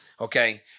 okay